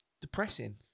depressing